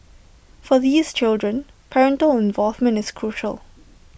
for these children parental involvement is crucial